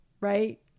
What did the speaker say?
right